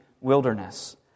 wilderness